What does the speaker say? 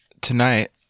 Tonight